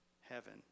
heaven